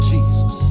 Jesus